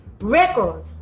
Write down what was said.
Record